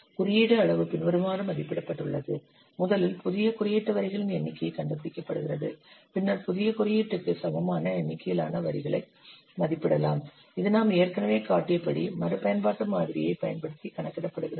குறியீடு அளவு பின்வருமாறு மதிப்பிடப்பட்டுள்ளது முதலில் புதிய குறியீட்டு வரிகளின் எண்ணிக்கை கண்டுபிடிக்கப்படுகிறது பின்னர் புதிய குறியீட்டிற்கு சமமான எண்ணிக்கையிலான வரிகளை மதிப்பிடலாம் இது நாம் ஏற்கனவே காட்டியபடி மறுபயன்பாட்டு மாதிரியைப் பயன்படுத்தி கணக்கிடப்படுகிறது